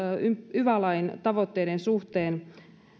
yva lain tavoitteiden suhteen